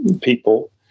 people